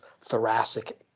thoracic